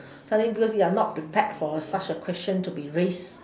suddenly because you are not prepared for such a question to be raised